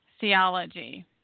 theology